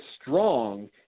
strong